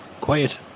quiet